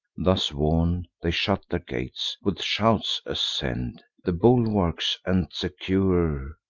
thus warn'd, they shut their gates with shouts ascend the bulwarks, and, secure,